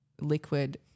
liquid